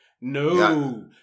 No